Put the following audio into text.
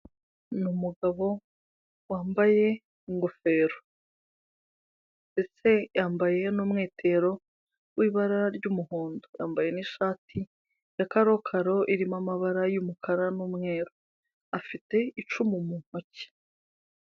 Ni umugabo wambaye ingofero ndetse yambaye n'umwitero w'ibara ry'umuhondo, yambaye n'ishati ya karokaro irimo amabara y'umukara n'umweru, afite icumu mu ntoki.